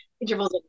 intervals